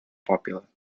popular